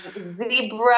zebra